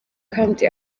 kandi